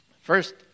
First